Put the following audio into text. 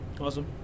Awesome